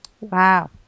Wow